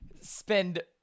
spend